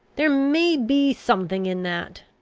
there may be something in that.